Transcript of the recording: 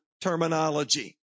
terminology